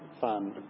fund